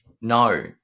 no